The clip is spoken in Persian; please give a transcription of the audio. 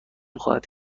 خواهد